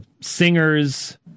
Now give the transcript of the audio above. singers